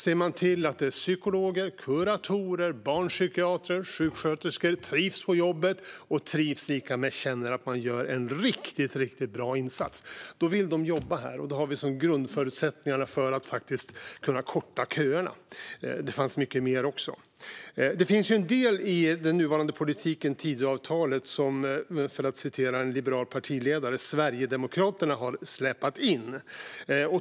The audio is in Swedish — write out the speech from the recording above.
Ser man till att psykologer, kuratorer, barnpsykiatrer och sjuksköterskor trivs på jobbet - trivs i betydelsen att man känner att man gör en riktigt, riktigt bra insats - då vill de jobba här, och då har vi grundförutsättningarna för att faktiskt kunna korta köerna. Det fanns mycket mer också. Det finns en del i den nuvarande politiken, det vill säga Tidöavtalet, som, för att citera en liberal partiledare, Sverigedemokraterna har "släpat in".